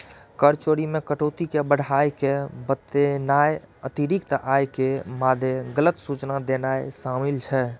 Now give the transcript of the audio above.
कर चोरी मे कटौती कें बढ़ाय के बतेनाय, अतिरिक्त आय के मादे गलत सूचना देनाय शामिल छै